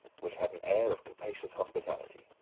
which had an air of capacious hospitality.